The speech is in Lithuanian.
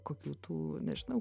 kokių tų nežinau